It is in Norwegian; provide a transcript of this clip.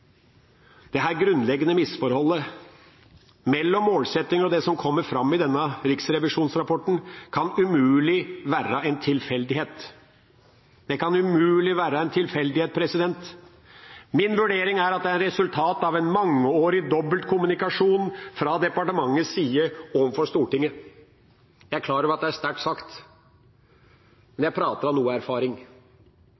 grunnleggende misforholdet mellom målsetting og det som kommer fram i denne riksrevisjonsrapporten, kan umulig være en tilfeldighet. Min vurdering er at det er et resultat av en mangeårig dobbeltkommunikasjon fra departementets side overfor Stortinget. Jeg er klar over at det er sterkt sagt, men jeg prater av noe erfaring. Det er et resultat av mangeårig dobbeltkommunikasjon. En har sagt formuleringene, men